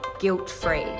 guilt-free